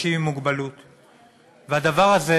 והדבר הזה,